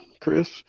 Chris